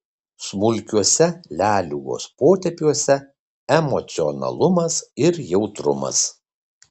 smulkiuose leliugos potėpiuose emocionalumas ir jautrumas